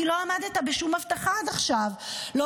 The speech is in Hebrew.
כי לא עמדת בשום הבטחה עד עכשיו: לא